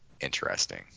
interesting